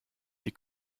die